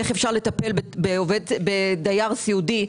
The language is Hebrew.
איך אפשר לטפל בדייר סיעודי,